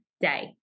day